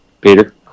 Peter